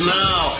now